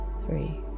three